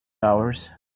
hours